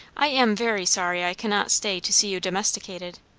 i am very sorry i cannot stay to see you domesticated.